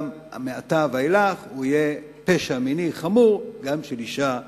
מעתה ואילך הוא יהיה גם פשע מיני חמור של אשה בגבר.